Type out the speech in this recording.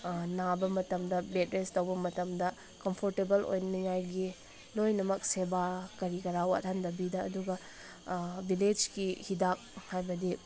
ꯅꯥꯕ ꯃꯇꯝꯗ bed rest ꯇꯧꯕ ꯃꯇꯝꯗ ꯀꯝꯐꯣꯔꯇꯦꯕꯜ ꯑꯣꯏꯅꯤꯡꯉꯥꯏꯒꯤ ꯂꯣꯏꯅꯃꯛ ꯁꯦꯕꯥ ꯀꯔꯤ ꯀꯔꯥ ꯋꯥꯠꯍꯟꯗꯕꯤꯗ ꯑꯗꯨꯒ ꯚꯤꯂꯦꯁꯀꯤ ꯍꯤꯗꯥꯛ ꯍꯥꯏꯕꯗꯤ